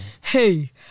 Hey